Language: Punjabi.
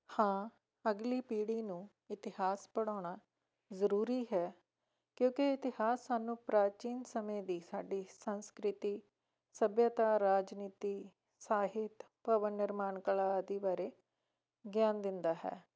ਹਾਂ ਅਗਲੀ ਪੀੜ੍ਹੀ ਨੂੰ ਇਤਿਹਾਸ ਪੜ੍ਹਾਉਣਾ ਜ਼ਰੂਰੀ ਹੈ ਕਿਉਂਕਿ ਇਤਿਹਾਸ ਸਾਨੂੰ ਪ੍ਰਾਚੀਨ ਸਮੇਂ ਦੀ ਸਾਡੀ ਸੰਸਕ੍ਰਿਤੀ ਸੱਭਿਅਤਾ ਰਾਜਨੀਤੀ ਸਾਹਿਤ ਭਵਨ ਨਿਰਮਾਣ ਕਲਾ ਆਦਿ ਬਾਰੇ ਗਿਆਨ ਦਿੰਦਾ ਹੈ